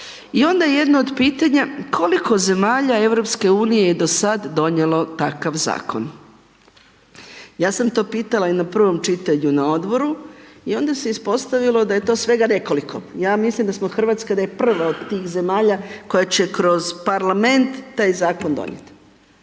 I onda jedno od pitanja, koliko zemalja EU je do sad donijelo takav Zakon? Ja sam to pitala i na prvom čitanju na Odboru i onda se ispostavilo da je to svega nekoliko. Ja mislim da smo Hrvatska, da je prva od tih zemalja koja će kroz Parlament taj Zakon donijet.